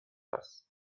است